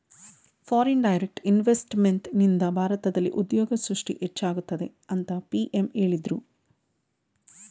foreign direct ಇನ್ವೆಸ್ತ್ಮೆಂಟ್ನಿಂದ ಭಾರತದಲ್ಲಿ ಉದ್ಯೋಗ ಸೃಷ್ಟಿ ಹೆಚ್ಚಾಗುತ್ತದೆ ಅಂತ ಪಿ.ಎಂ ಹೇಳಿದ್ರು